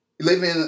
living